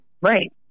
Right